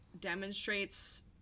demonstrates